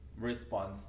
response